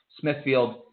Smithfield